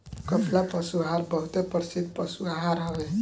कपिला पशु आहार बहुते प्रसिद्ध पशु आहार हवे